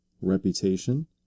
reputation